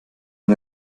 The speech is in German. man